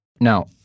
Now